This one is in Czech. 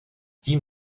tím